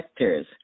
vectors